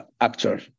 actor